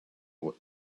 what